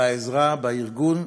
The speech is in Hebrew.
על העזרה בארגון